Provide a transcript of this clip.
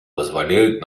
позволят